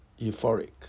euphoric